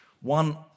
one